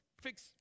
Fix